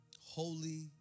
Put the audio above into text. holy